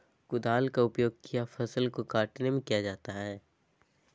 कुदाल का उपयोग किया फसल को कटने में किया जाता हैं?